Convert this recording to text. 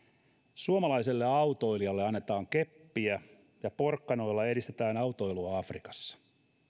suomalaiselle autoilijalle annetaan keppiä ja porkkanoilla edistetään autoilua afrikassa